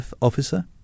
officer